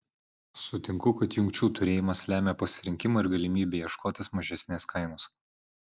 sutinku kad jungčių turėjimas lemia pasirinkimą ir galimybę ieškotis mažesnės kainos